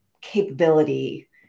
capability